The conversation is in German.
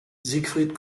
siegfried